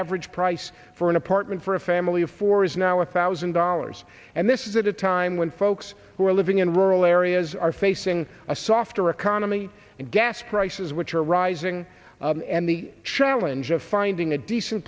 average price for an apartment for a family of four is now a thousand dollars and this is at a time when folks who are living in rural areas are facing a softer economy and gas prices which are rising and the challenge of finding a decent